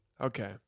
Okay